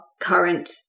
current